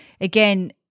again